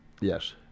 Yes